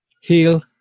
heal